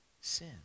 sin